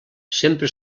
sempre